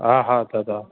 हा हा दादा